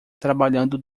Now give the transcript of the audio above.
trabalhando